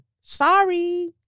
Sorry